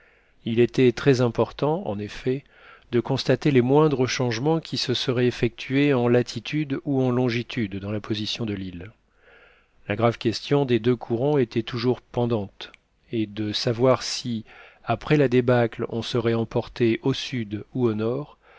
il était très important en effet de constater les moindres changements qui se seraient effectués en latitude ou en longitude dans la position de l'île la grave question des deux courants était toujours pendante et de savoir si après la débâcle on serait emporté au sud ou au nord